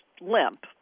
limp